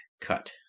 cut